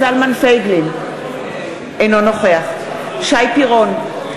פייגלין, אינו נוכח שי פירון,